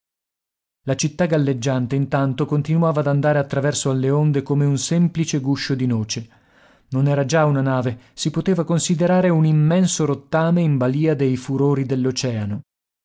la città galleggiante intanto continuava ad andare attraverso alle onde come un semplice guscio di noce non era già una nave si poteva considerare un immenso rottame in balìa dei furori